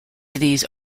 these